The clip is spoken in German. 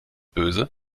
böse